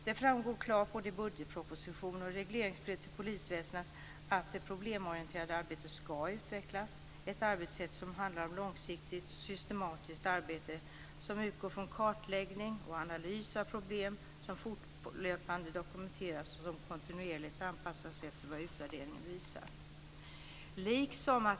Det framgår klart både i budgetproposition och i regleringsbrev till polisväsendet att det problemorienterade arbetet ska utvecklas - ett arbetssätt som handlar om långsiktigt, systematiskt arbete som utgår från kartläggning och analys av problem som fortlöpande dokumenteras och kontinuerligt anpassas efter vad utvärderingen visar.